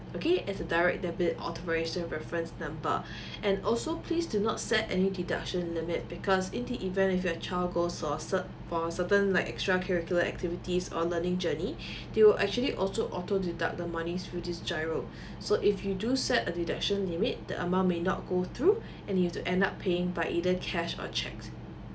as a direct debit authorisation reference number and also please do not set any deduction limit because in the event if your child goes for cert~ for certain like extra curricular activities or learning journey they will actually also auto deduct the money through this giro so if you do set a deduction limit the amount may not go through and you have to end up paying by either cash or cheque